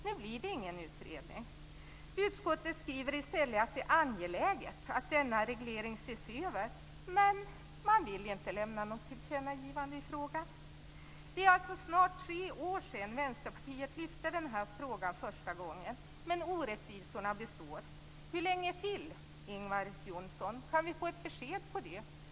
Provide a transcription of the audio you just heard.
Nu blir det ingen utredning. Utskottet skriver i stället att det är angeläget att denna reglering ses över, men man vill inte lämna något tillkännagivande i frågan. Det är alltså snart tre år sedan Vänsterpartiet lyfte fram den här frågan första gången. Men orättvisorna består. Hur länge till, Ingvar Johnsson? Kan vi få ett besked om det?